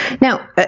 Now